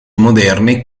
moderni